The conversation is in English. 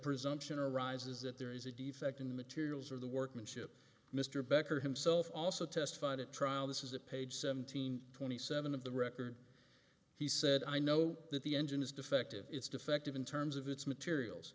presumption arises that there is a defect in the materials or the workmanship mr becker himself also testified at trial this is the page seventeen twenty seven of the record he said i know that the engine is defective it's defective in terms of its materials